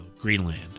Greenland